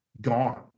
gone